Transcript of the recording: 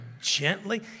gently